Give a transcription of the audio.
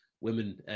women